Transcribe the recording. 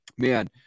Man